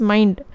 Mind